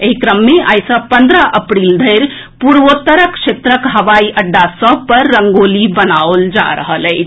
एहि क्रम मे आई सँ पन्द्रह अप्रील धरि पूर्वोत्तर क्षेत्रक हवाई अड्डा पर रंगोली बनाओल जा रहल अछि